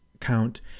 count